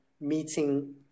meeting